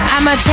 I'ma